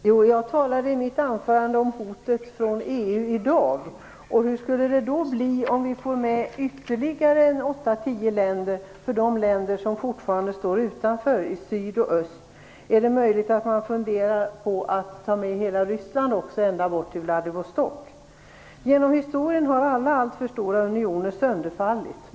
Fru talman! Jag talade i mitt anförande om hotet från EU i dag. Hur skulle det då bli för de länder i syd och öst som fortfarande står utanför om ytterligare åtta eller tio länder går med i EU? Funderar man kanske på att också ta med hela Ryssland, ända bort till Vladivostok? Genom historien har alla alltför stora unioner sönderfallit.